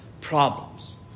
problems